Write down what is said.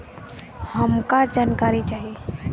हमका जानकारी चाही?